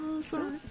sorry